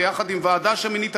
יחד עם ועדה שמינית,